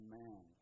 man